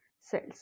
cells